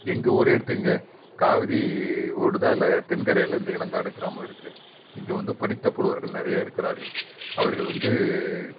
எங்கள் ஊரே எடுத்துக்குங்க காவிரி ஓடுது அதில் தென்கரையில் இந்த இளங்காடு கிராமம் இருக்குது இங்கே வந்து படித்த புலவர்கள் நிறைய இருக்கிறார்கள் அவர்கள் வந்து